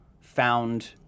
found